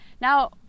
now